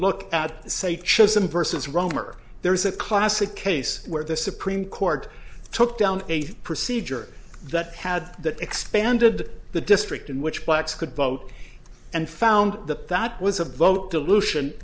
look at say chosen persons wrong or there is a classic case where the supreme court took down a procedure that had that expanded the district in which blacks could vote and found that that was a vote dilution